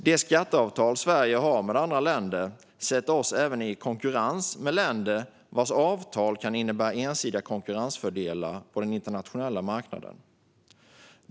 De skatteavtal som Sverige har med andra länder sätter oss även i konkurrens med länder vars avtal kan innebära ensidiga konkurrensfördelar på den internationella marknaden.